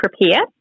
prepare